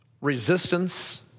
Resistance